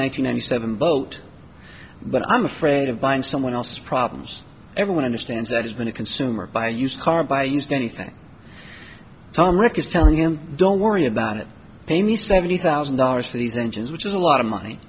hundred seven boat but i'm afraid of buying someone else's problems everyone understands that has been a consumer buy used car buy used anything time wreck is telling him don't worry about it pay me seventy thousand dollars for these engines which is a lot of money